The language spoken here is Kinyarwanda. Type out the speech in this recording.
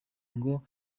ngo